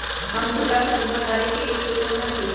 हम छोटा सा दुकानदारी के लिए कोई लोन है कि?